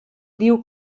diu